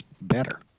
better